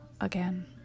again